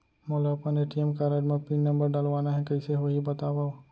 मोला अपन ATM card म पिन नंबर डलवाना हे कइसे होही बतावव?